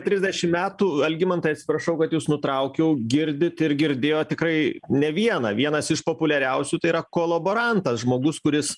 trisdešim metų algimantai atsiprašau kad jus nutraukiau girdit ir girdėjot tikrai ne vieną vienas iš populiariausių tai yra kolaborantas žmogus kuris